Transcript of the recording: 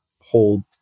hold